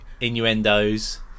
innuendos